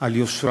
על יושרה.